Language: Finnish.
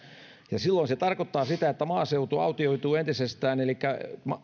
ja silloin se tarkoittaa sitä että maaseutu autioituu entisestään elikkä